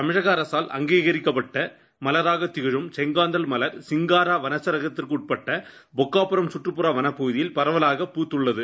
தமிழக அரசால் அங்கீகரிக்கப்பட்ட மலராக திகழும் செங்காந்தள் மலர் சிங்காரா வனச்சரகத்திற்குட்பட்ட பொக்காபுரம் கற்றுப்புற வனப்பகுதியில் பரவலாக பூத்துள்ளது